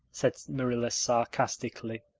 said marilla sarcastically,